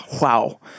Wow